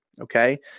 okay